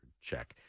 check